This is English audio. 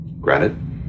Granted